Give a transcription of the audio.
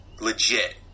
legit